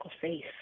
face